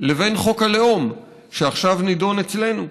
לבין חוק הלאום שעכשיו נדון אצלנו.